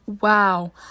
wow